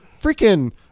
freaking